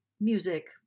music